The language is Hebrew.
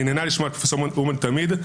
אני נהנה לשמוע את פרופ' אומן תמיד,